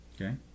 okay